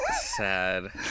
Sad